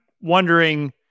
wondering